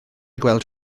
gweld